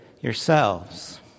yourselves